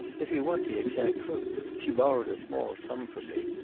if you want the exact truth, she borrowed a small sum from me,